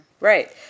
Right